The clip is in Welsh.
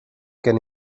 gen